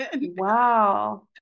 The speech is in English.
Wow